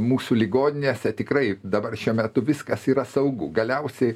mūsų ligoninėse tikrai dabar šiuo metu viskas yra saugu galiausiai